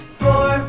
four